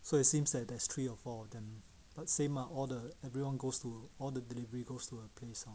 so it seems like there's three or four of them but same ah all the everyone goes to all the delivery goes to a place lah